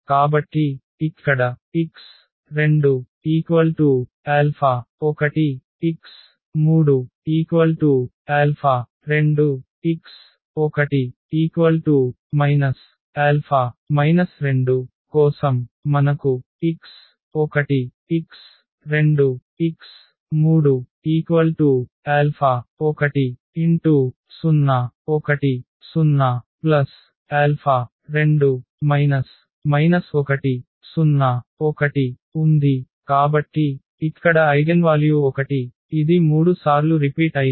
కాబట్టి ఇక్కడ x21x32x1 2 కోసం మనకు x1 x2 x3 10 1 0 2 1 0 1 ఉంది కాబట్టి ఇక్కడ ఐగెన్వాల్యూ 1 ఇది 3 సార్లు రిపీట్ అయింది